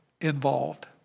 involved